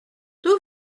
d’où